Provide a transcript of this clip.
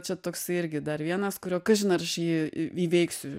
čia toksai irgi dar vienas kurio kažin ar aš jį įveiksiu